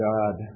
God